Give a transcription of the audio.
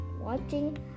watching